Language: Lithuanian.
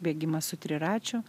bėgimas su triračiu